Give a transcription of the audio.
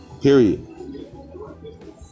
Period